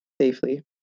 safely